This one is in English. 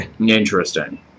Interesting